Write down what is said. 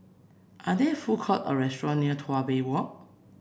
are there food courts or restaurants near Tuas Bay Walk